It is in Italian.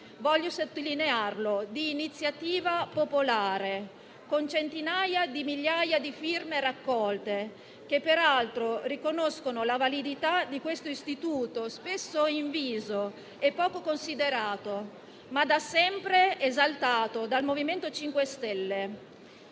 voglio sottolinearlo - è di iniziativa popolare e ha visto la raccolta di centinaia di migliaia di firme, che peraltro riconoscono la validità di questo istituto spesso inviso e poco considerato, ma da sempre esaltato dal MoVimento 5 Stelle.